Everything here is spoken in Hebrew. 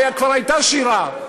הרי כבר הייתה שירה.